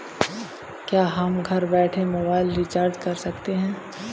क्या हम घर बैठे मोबाइल रिचार्ज कर सकते हैं?